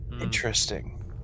interesting